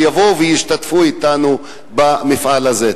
שיבואו וישתתפו אתנו במפעל הזה.